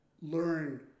learn